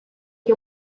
que